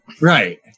Right